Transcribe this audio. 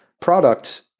product